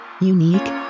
Unique